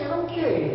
okay